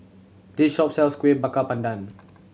this shop sells Kueh Bakar Pandan